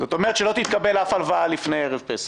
זאת אומרת שלא תתקבל אף הלוואה לפני ערב פסח.